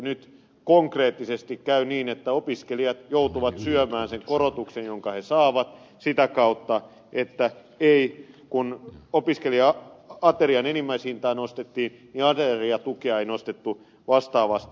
nyt konkreettisesti käy niin että opiskelijat joutuvat syömään sen korotuksen jonka he saavat sitä kautta että kun opiskelija aterian enimmäishintaa nostettiin niin ateriatukea ei nostettu vastaavasti